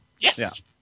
Yes